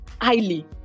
highly